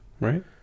Right